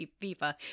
FIFA